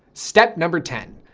step number ten.